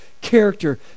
character